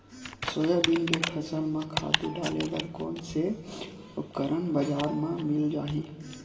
Soybean के फसल म खातु डाले बर कोन से उपकरण बजार म मिल जाहि?